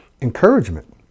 encouragement